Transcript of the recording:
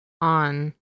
on